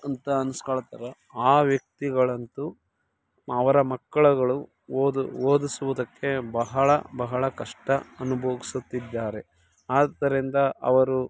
ಅಂತ ಅನಿಸ್ಕೊಳ್ತಾರೆ ಆ ವ್ಯಕ್ತಿಗಳಂತೂ ಅವರ ಮಕ್ಕಳುಗಳು ಓದಿಸುವುದಕ್ಕೆ ಬಹಳ ಬಹಳ ಕಷ್ಟ ಅನುಬೋಗ್ಸುತಿದ್ದಾರೆ ಆದ್ದರಿಂದ ಅವರು